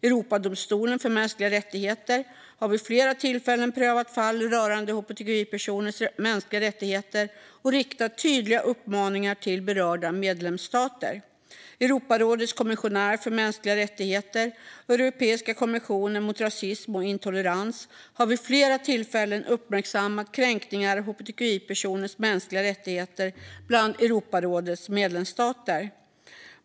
Europadomstolen för mänskliga rättigheter har vid flera tillfällen prövat fall rörande hbtqi-personers mänskliga rättigheter och riktat tydliga uppmaningar till berörda medlemsstater. Europarådets kommissionär för mänskliga rättigheter och Europeiska kommissionen mot rasism och intolerans har vid flera tillfällen uppmärksammat kränkningar av hbtqi-personers mänskliga rättigheter bland Europarådets medlemsstater.